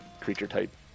creature-type